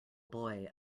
boy